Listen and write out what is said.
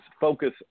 focus